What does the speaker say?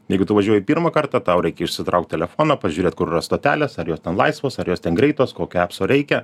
jeigu tu važiuoji pirmą kartą tau reikia išsitraukt telefoną pažiūrėt kur yra stotelės ar jos ten laisvos ar jos ten greitos kokio epso reikia